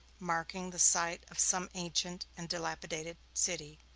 marking the site of some ancient and dilapidated city.